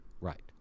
Right